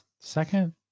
second